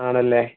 ആണല്ലേ